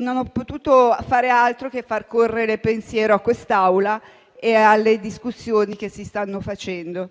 Non ho potuto far altro che far correre pensiero a quest'Aula e alle discussioni che si stanno facendo.